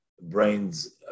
brains